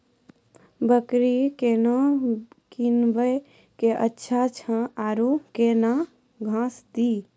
बकरी केना कीनब केअचछ छ औरू के न घास दी?